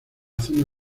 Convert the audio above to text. zona